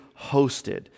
hosted